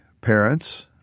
parents